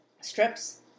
strips